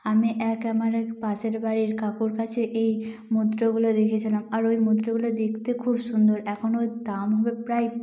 আমি এক আমার এক পাশের বাড়ির কাকুর কাছে এই মুদ্রগুলো দেখেছিলাম আর ওই মুদ্রগুলো দেখতে খুব সুন্দর এখন ওর দাম হবে প্রায়